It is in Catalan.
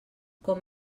com